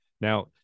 Now